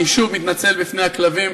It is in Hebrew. אני שוב מתנצל בפני הכלבים,